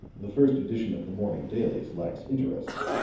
the first edition of the morning dailies lacks interest,